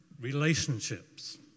relationships